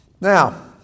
Now